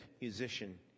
musician